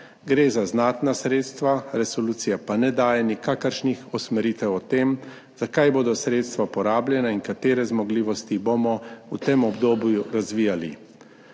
Gre za znatna sredstva, resolucija pa ne daje nikakršnih usmeritev o tem, za kaj bodo sredstva porabljena in katere zmogljivosti bomo v tem obdobju razvijali.